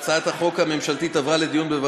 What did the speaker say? הכאת יהודים וחילול קברו של רבי נחמן מברסלב בצבע ואף ראש